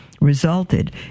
resulted